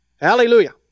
Hallelujah